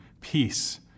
Peace